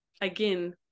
again